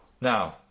Now